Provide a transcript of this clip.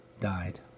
died